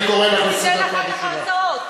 אני קורא אותך לסדר פעם ראשונה.